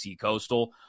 Coastal